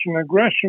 aggression